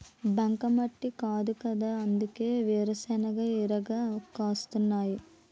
బంకమట్టి కాదుకదా అందుకే వేరుశెనగ ఇరగ కాస్తున్నాయ్